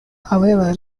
however